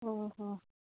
ଓହୋ